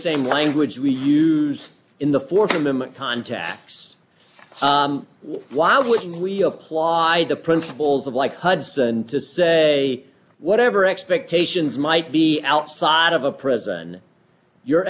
same language we use in the th amendment contacts why wouldn't we apply the principles of like hudson to say whatever expectations might be outside of a prison your